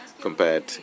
compared